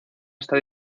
está